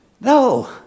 No